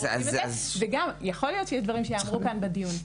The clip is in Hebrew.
יכול להיות שיש דברים שיאמרו כאן בדיון,